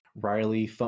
riley